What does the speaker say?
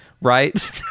right